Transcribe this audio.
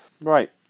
right